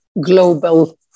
global